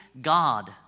God